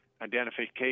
identification